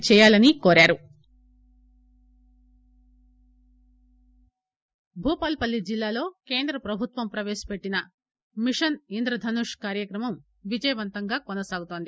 భూపాలపల్లి ఇంద్రధనుష్ భూపాలపల్లి జిల్లాలో కేంద్ర ప్రభుత్వం ప్రవేశపెట్టిన మిషన్ ఇంద్రధనుష్ కార్యక్రమం విజయవంతంగా కొనసాగుతోంది